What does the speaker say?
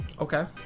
Okay